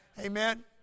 Amen